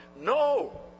no